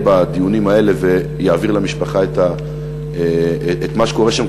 בדיונים האלה ויעביר למשפחה את מה שקורה שם?